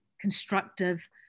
constructive